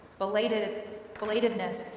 belatedness